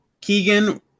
Keegan